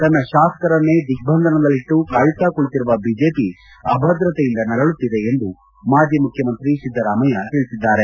ತನ್ನ ಶಾಸಕರನ್ನೇ ದಿಗ್ದಂಧನದಲ್ಲಿಟ್ಟು ಕಾಯುತ್ತಾ ಕುಳಿತಿರುವ ಬಿಜೆಪಿ ಅಭದ್ರತೆಯಿಂದ ನರಳುತ್ತಿದೆ ಎಂದು ಮಾಜಿ ಮುಖ್ಯಮಂತ್ರಿ ಸಿದ್ದರಾಮಯ್ಯ ತಿಳಿಸಿದ್ದಾರೆ